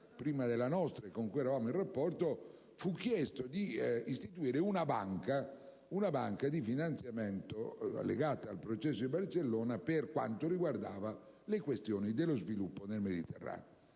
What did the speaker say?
precedeva la nostra e con cui eravamo in rapporto, fu chiesto di istituire una banca di finanziamento, legata al Processo di Barcellona, per quanto riguardava le questioni dello sviluppo nel Mediterraneo.